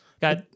got